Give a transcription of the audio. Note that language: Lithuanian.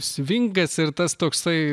svingas ir tas toksai